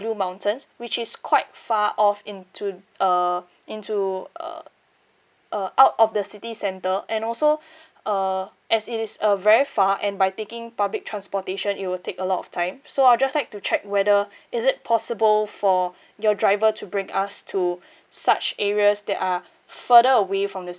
blue mountains which is quite far off into uh into uh uh out of the city centre and also uh as it is uh very far and by taking public transportation it will take a lot of time so I just like to check whether is it possible for your driver to bring us to such areas that are further away from the